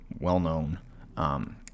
well-known